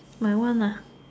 my one